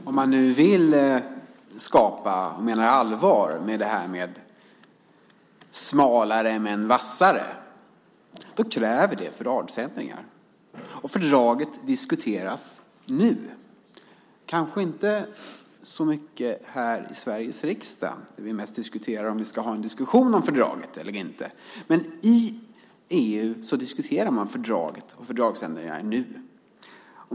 Herr talman! Om man nu menar allvar med att man vill skapa ett smalare men vassare EU så kräver det fördragsändringar. Fördraget diskuteras nu , kanske inte så mycket här i Sveriges riksdag - där vi mest diskuterar om vi ska ha en diskussion om fördraget eller inte - men i EU. Där diskuterar man fördraget och fördragsändringar nu.